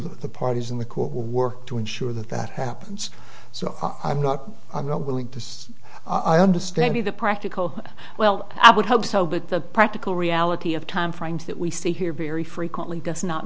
the parties in the court will work to ensure that that happens so i'm not i'm not willing to say i understand you the practical well i would hope so but the practical reality of timeframes that we see here very frequently does not